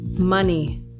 money